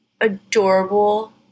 adorable